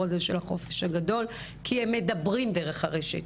של החופש הגדול כי הם מדברים דרך הרשת.